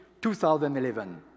2011